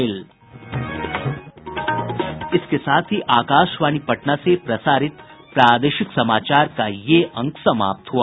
इसके साथ ही आकाशवाणी पटना से प्रसारित प्रादेशिक समाचार का ये अंक समाप्त हुआ